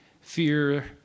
fear